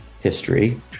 history